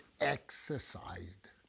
exercised